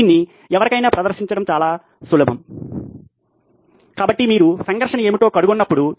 దీన్ని ఎవరికైనా ప్రదర్శించడం చాలా సులభం కాబట్టి మీరు సంఘర్షణ ఏమిటో కనుగొన్నప్పుడు